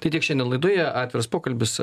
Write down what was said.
tai tiek šiandien laidoje atviras pokalbis